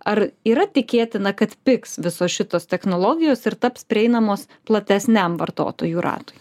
ar yra tikėtina kad pigs visos šitos technologijos ir taps prieinamos platesniam vartotojų ratui